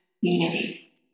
unity